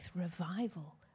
Revival